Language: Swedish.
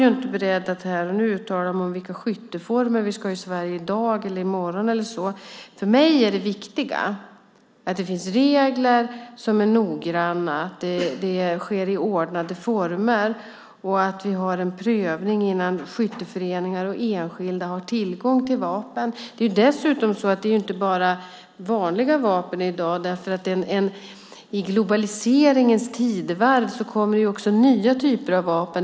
Jag är inte beredd att här och nu uttala mig om vilka skytteformer vi ska ha i Sverige i dag eller i morgon. För mig är det viktiga att det finns noggrant utformade regler, att det sker under ordnade former och att det görs en prövning innan skytteföreningar och enskilda får tillgång till vapen. Det är dessutom så att det inte bara finns "vanliga" vapen i dag. I globaliseringens tidevarv kommer nya typer av vapen.